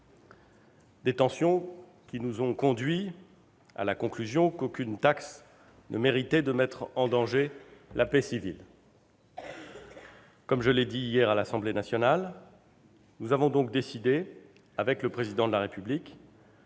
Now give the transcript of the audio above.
Ces tensions nous ont conduits à la conclusion qu'aucune taxe ne méritait de mettre en danger la paix civile. Comme je l'ai dit hier à l'Assemblée nationale, nous avons donc décidé, avec le Président de la République,